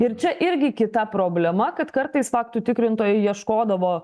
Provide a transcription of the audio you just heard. ir čia irgi kita problema kad kartais faktų tikrintojai ieškodavo